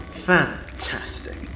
Fantastic